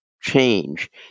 change